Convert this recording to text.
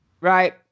Right